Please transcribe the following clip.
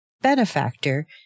benefactor